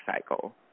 cycle